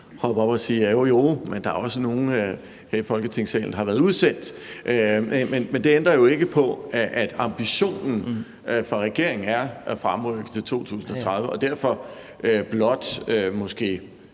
hoppe op og sige: Jo jo, men der er også nogle her i Folketingssalen, der har været udsendt. Men det ændrer jo ikke på, at ambitionen for regeringen er at fremrykke til 2030. Og derfor kunne